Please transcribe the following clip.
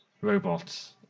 robots